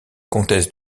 comtesse